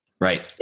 Right